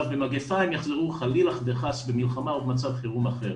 במגפה הם יחזרו חלילה וחס במלחמה או במצב חירום אחר,